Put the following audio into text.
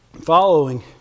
Following